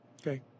Okay